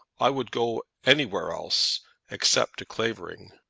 i would go anywhere else except to clavering.